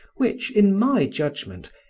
which, in my judgment,